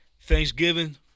Thanksgiving